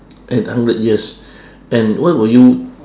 in a hundred years and what will you